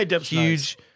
huge